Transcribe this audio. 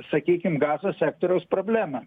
sakykim gazos sektoriaus problemą